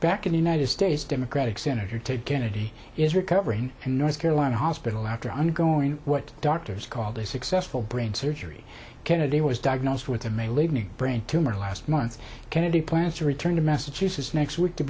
back in the united states democratic senator ted kennedy is recovering in north carolina hospital after undergoing what doctors called a successful brain surgery candidate was diagnosed with a male evening brain tumor last month kennedy plans to return to massachusetts next week to